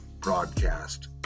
broadcast